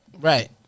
Right